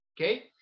Okay